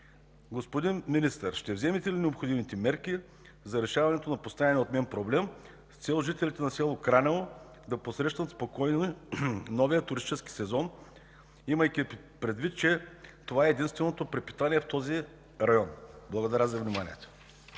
Господин Министър, ще вземете ли необходимите мерки за решаването на поставения от мен проблем с цел жителите на село Кранево да посрещнат спокойно новия туристически сезон, имайки предвид, че това е единственото препитание в този район? Благодаря за вниманието.